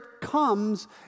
comes